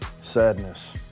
Sadness